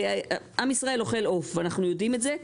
עם ישראל אוכל עוף ואנחנו יודעים את זה,